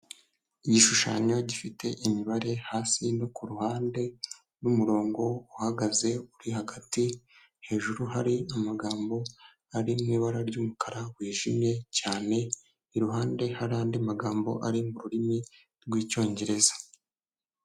Igishushanyo gifite imibare hasi no kuruhande n'umurongo uhagaze uri hagati, hejuru hari amagambo ari mu ibara ryumukara wijimye cyane, iruhande hari andi magambo ari mu rurimi rw'icyongereza.